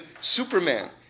superman